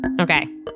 Okay